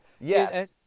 Yes